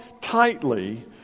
tightly